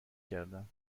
کردم